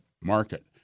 market